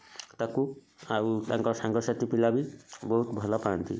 ତାକୁ ଆଉ ତାଙ୍କ ସାଙ୍ଗସାଥୀ ପିଲା ବି ବହୁତ ଭଲ ପାଆନ୍ତି